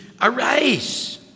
arise